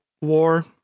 war